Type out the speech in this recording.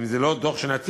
אם זה לא דוח שנתי,